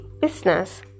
business